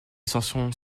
chansons